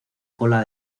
cola